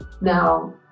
Now